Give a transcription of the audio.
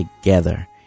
together